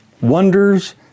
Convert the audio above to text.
wonders